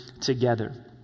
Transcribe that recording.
together